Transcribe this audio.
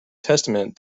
testament